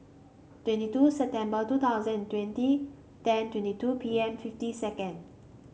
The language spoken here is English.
twenty two September two thousand and twenty ten twenty two P M fifty second